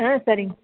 ஆ சரிங்க